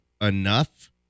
enough